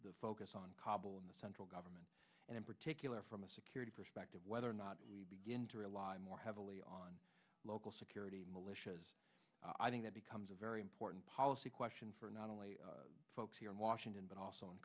the focus on kabul and the central government and in particular from a security perspective whether or not to rely more heavily on local security militias i think that becomes a very important policy question for not only folks here in washington but also in